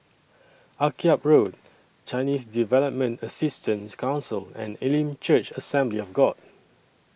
Akyab Road Chinese Development Assistance Council and Elim Church Assembly of God